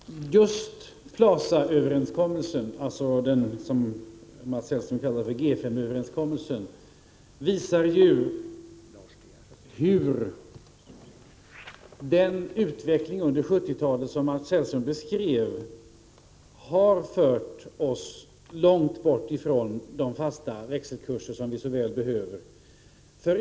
Herr talman! Just Plazaöverenskommelsen, alltså den överenskommelse som Mats Hellström kallar för G 5, visar ju att den utveckling under 70-talet som Mats Hellström beskrev har fört oss långt bort från de fasta växelkurser som vi så väl behöver.